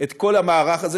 את כל המערך הזה,